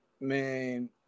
man